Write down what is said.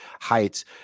heights